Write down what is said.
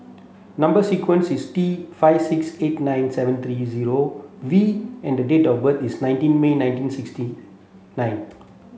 number sequence is T five six eight nine seven three zero V and the date of birth is nineteen May nineteen sixty nine